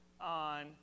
on